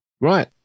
Right